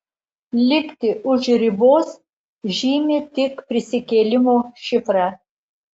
likti už ribos žymi tik prisikėlimo šifrą